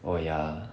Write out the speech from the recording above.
oh ya